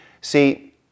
See